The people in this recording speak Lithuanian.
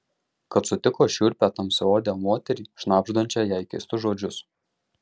kad sutiko šiurpią tamsiaodę moterį šnabždančią jai keistus žodžius